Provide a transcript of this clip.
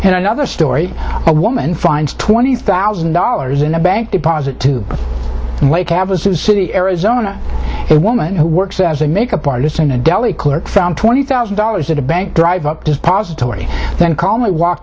and another story a woman finds twenty thousand dollars in a bank deposit to city arizona a woman who works as a makeup artist in a deli clerk found twenty thousand dollars at a bank drive up his positivity then calmly walked